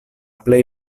plej